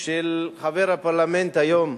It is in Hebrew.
של חבר הפרלמנט היום.